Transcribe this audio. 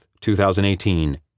2018